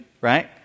right